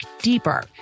deeper